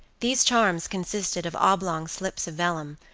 these charms consisted of oblong slips of vellum,